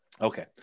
Okay